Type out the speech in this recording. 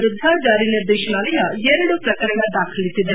ವಿರುದ್ದ ಜಾರಿ ನಿರ್ದೇಶನಾಲಯ ಎರಡು ಪ್ರಕರಣ ದಾಖಲಿಸಿದೆ